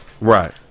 Right